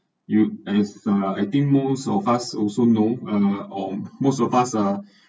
you as uh I think most of us also know uh on most of us uh